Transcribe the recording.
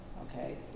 okay